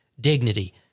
dignity